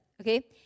Okay